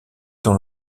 dans